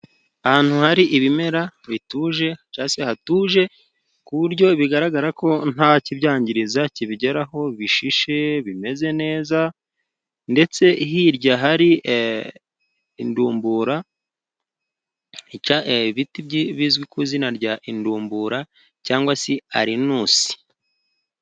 Ahantu hari ibimera bituje cyangwa se hatuje ku buryo bigaragara ko nta kibyangiza kibigeraho, birashishe, bimeze neza ndetse, hirya hari indumbura. Ibiti bizwi ku izina ry'indumbura cyangwa se arinusi.